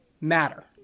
matter